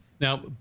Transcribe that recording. Now